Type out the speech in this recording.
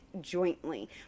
jointly